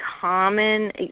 common